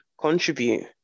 contribute